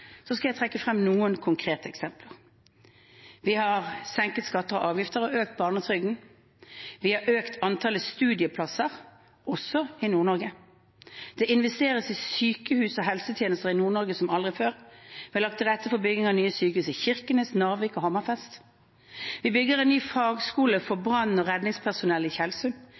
skal jeg trekke frem noen konkrete eksempler: Vi har senket skatter og avgifter og økt barnetrygden. Vi har økt antallet studieplasser, også i Nord-Norge. Det investeres i sykehus og helsetjenester i Nord-Norge som aldri før, og vi har lagt til rette for bygging av nye sykehus i Kirkenes, Narvik og Hammerfest. Vi bygger en ny fagskole for brann- og redningspersonell i